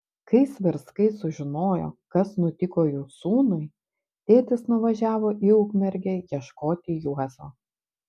kai svirskai sužinojo kas nutiko jų sūnui tėtis nuvažiavo į ukmergę ieškoti juozo